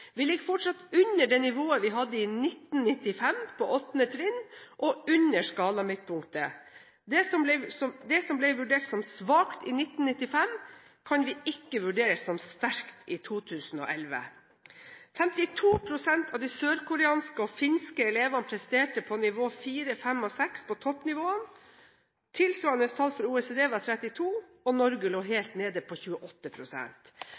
Vi ligger fortsatt under det nivået vi hadde i 1995 på 8. trinn, og under skalamidtpunktet. Det som ble vurdert som svakt i 1995, kan vi ikke vurdere som sterkt i 2011.» 52 pst. av de sør-koreanske og finske elevene presterte på nivå 4, 5 og 6, på toppnivå. Tilsvarende tall for OECD var 32 pst., og Norge lå